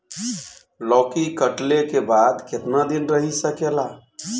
लौकी कटले के बाद केतना दिन रही सकेला?